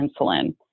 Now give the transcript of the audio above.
insulin